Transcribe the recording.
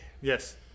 Yes